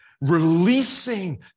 releasing